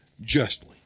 justly